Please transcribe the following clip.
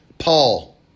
Paul